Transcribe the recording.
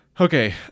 Okay